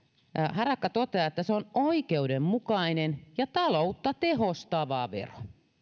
harakka totesi että se on oikeudenmukainen ja taloutta tehostava vero